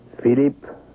Philip